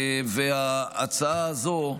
ההצעה הזו,